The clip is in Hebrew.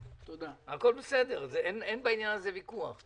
הכול בסדר, אין בעניין הזה ויכוח.